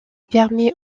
permet